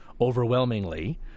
overwhelmingly